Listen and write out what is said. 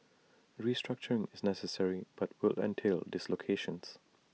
restructuring is necessary but will entail dislocations